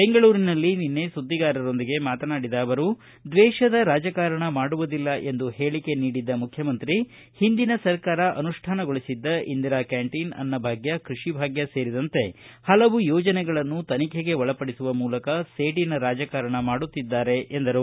ಬೆಂಗಳೂರಿನಲ್ಲಿ ನಿನ್ನೆ ಸುದ್ದಿಗಾರರೊಂದಿಗೆ ಮಾತನಾಡಿದ ಅವರು ದ್ವೇಷದ ರಾಜಕಾರಣ ಮಾಡುವುದಿಲ್ಲ ಎಂದು ಹೇಳಕೆ ನೀಡಿದ್ದ ಮುಖ್ಯಮಂತ್ರಿ ಹಿಂದಿನ ಸರ್ಕಾರ ಅನುಷ್ಠಾನಗೊಳಿಸಿದ್ದ ಇಂದಿರಾ ಕ್ಯಾಂಟೀನ್ ಅನ್ನಭಾಗ್ತ ಕೃಷಿಭಾಗ್ತ ಸೇರಿದಂತೆ ಹಲವು ಯೋಜನೆಗಳನ್ನು ತನಿಖೆಗೆ ಒಳಪಡಿಸುವ ಮೂಲಕ ಸೇಡಿನ ರಾಜಕಾರಣ ಮಾಡುತ್ತಿದ್ದಾರೆ ಎಂದರು